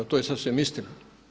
To je sasvim istina.